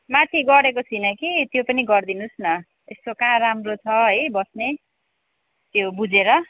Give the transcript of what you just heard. माथि गरेको छुइनँ कि त्यो पनि गरिदिनु होस् न यसो कहाँ राम्रो छ है बस्ने त्यो बुझेर